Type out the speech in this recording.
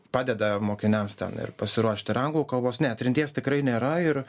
padeda mokiniams ten ir pasiruošti ir anglų kalbos ne trinties tikrai nėra ir